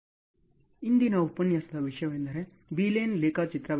ಇಂದಿನ ಉಪನ್ಯಾಸದ ವಿಷಯವೆಂದರೆ ಬೀಲೈನ್ ರೇಖಾಚಿತ್ರ ವಿಧಾನ